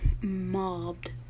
mobbed